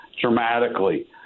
dramatically